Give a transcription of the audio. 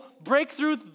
breakthrough